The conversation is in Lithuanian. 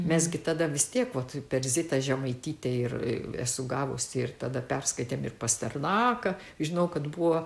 mes gi tada vis tiek va taip per zita žemaitytę ir esu gavusi ir tada perskaitėm ir pasternaką žinau kad buvo